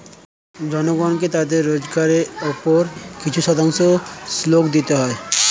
জনগণকে তাদের রোজগারের উপর কিছু শতাংশ শুল্ক দিতে হয়